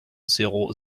zéro